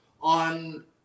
on